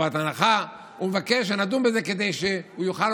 משתקפות בנחל האסי ומשתקפות בממשלה הזאת,